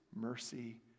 mercy